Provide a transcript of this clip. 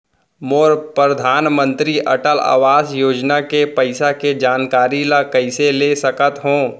मोर परधानमंतरी अटल आवास योजना के पइसा के जानकारी ल कइसे ले सकत हो?